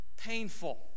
painful